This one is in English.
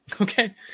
Okay